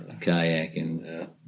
kayaking